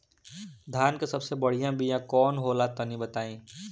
धान के सबसे बढ़िया बिया कौन हो ला तनि बाताई?